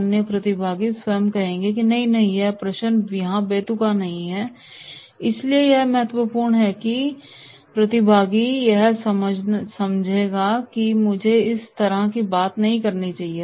अन्य प्रतिभागी स्वयं कहेंगे कि नहीं नहीं यह प्रश्न यहां बेतुका नहीं है इसलिए यह महत्वपूर्ण है कि प्रतिभागी यह समझेगा कि मुझे इस तरह की बात नहीं करनी चाहिए